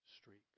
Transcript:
streak